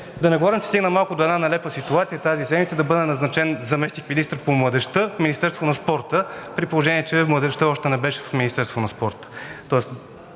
Да не говорим, че се стигна малко до една нелепа ситуация тази седмица да бъде назначен за заместник-министър по младежта в Министерството на спорта, при положение че младежта още не беше в Министерството на спорта.